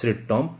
Shri Trump